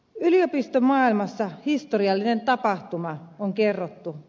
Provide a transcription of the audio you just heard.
yliopistomaailmassa historiallinen tapahtuma on kerrottu